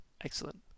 excellent